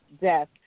death